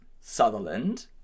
Sutherland